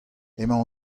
emañ